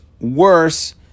worse